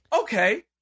Okay